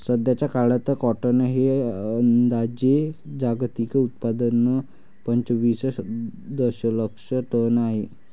सध्याचा काळात कॉटन हे अंदाजे जागतिक उत्पादन पंचवीस दशलक्ष टन आहे